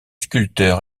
sculpteur